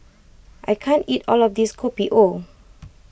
I can't eat all of this Kopi O